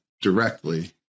directly